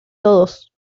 todos